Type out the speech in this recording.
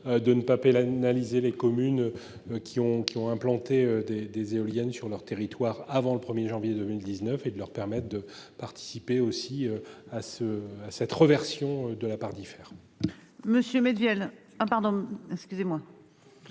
de ne pas l'analyser les communes. Qui ont qui ont implanté des des éoliennes sur leur territoire avant le 1er janvier 2019 et de leur permettre de participer aussi à ce à cette réversion de la partie.